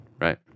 right